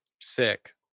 Sick